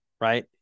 right